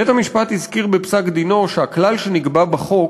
בית-המשפט הזכיר בפסק-דינו ש"הכלל שנקבע בחוק"